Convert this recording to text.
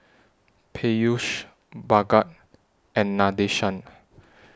Peyush Bhagat and Nadesan